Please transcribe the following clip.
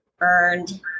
earned